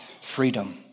freedom